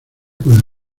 con